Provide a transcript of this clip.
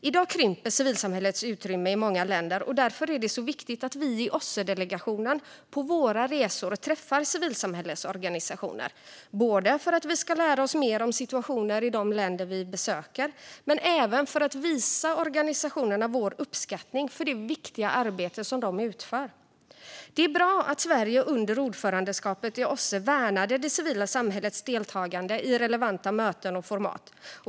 I dag krymper civilsamhällets utrymme i många länder, och det är därför viktigt att vi i OSSE-delegationen på våra resor träffar civilsamhällesorganisationer, både för att vi ska lära oss mer om situationen i de länder vi besöker och för att visa organisationerna vår uppskattning för det viktiga arbete de utför. Det var bra att Sverige under ordförandeskapet i OSSE värnade det civila samhällets deltagande i relevanta möten och format.